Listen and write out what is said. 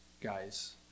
guys